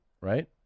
right